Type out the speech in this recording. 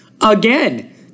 Again